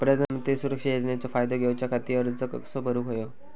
प्रधानमंत्री सुरक्षा योजनेचो फायदो घेऊच्या खाती अर्ज कसो भरुक होयो?